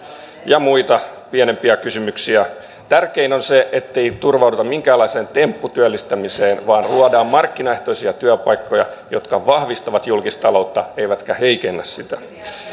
ja muita pienempiä kysymyksiä tärkeintä on se ettei turvauduta minkäänlaiseen tempputyöllistämiseen vaan luodaan markkinaehtoisia työpaikkoja jotka vahvistavat julkistaloutta eivätkä heikennä sitä